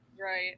Right